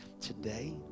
Today